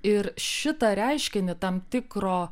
ir šitą reiškinį tam tikro